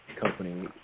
company